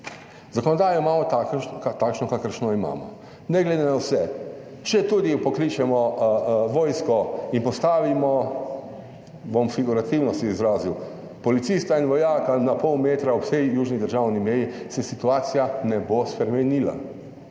Zakonodajo imamo takšno, kakršno imamo, ne glede na vse, četudi pokličemo vojsko in postavimo, bom figurativno se izrazil, policista in vojaka na pol metra ob vsej južni državni meji, se situacija ne bo spremenila.